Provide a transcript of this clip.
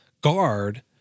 guard